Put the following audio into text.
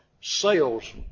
sales